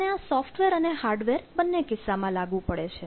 અને આ સોફ્ટવેર અને હાર્ડવેર બંને કિસ્સામાં લાગુ પડે છે